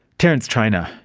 terrance trainor,